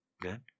Good